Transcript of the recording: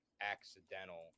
accidental